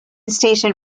station